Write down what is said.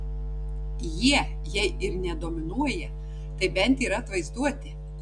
jie jei ir ne dominuoja tai bent yra atvaizduoti